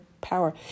power